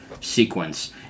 sequence